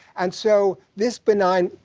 and so, this benign,